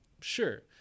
Sure